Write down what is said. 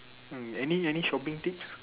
mm any any shopping things